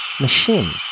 machine